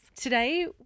Today